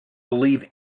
believe